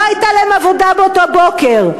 לא הייתה להם עבודה באותו בוקר.